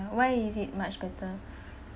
why is it much better